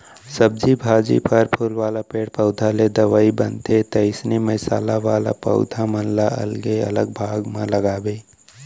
सब्जी भाजी, फर फूल वाला पेड़ पउधा ले दवई बनथे, तइसने मसाला वाला पौधा मन ल अलगे अलग भाग म लगाबे